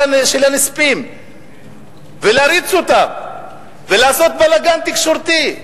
הנספים ולהריץ אותם לעשות בלגן תקשורתי?